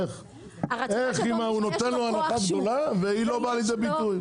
איך הוא נותן לו הנחה גבוהה והיא לא באה לידי ביטוי.